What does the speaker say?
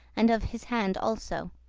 and of his hand also.